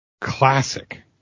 classic